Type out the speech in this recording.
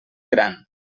gran